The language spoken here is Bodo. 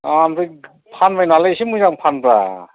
ओमफ्राय फानबाय नालाय एसे मोजां फानब्रा